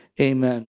amen